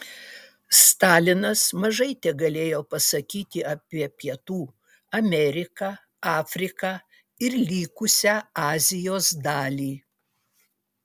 stalinas mažai tegalėjo pasakyti apie pietų ameriką afriką ir likusią azijos dalį